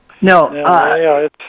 No